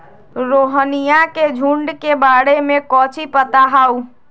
रोहिनया के झुंड के बारे में कौची पता हाउ?